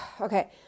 okay